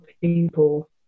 people